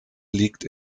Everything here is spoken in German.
liegt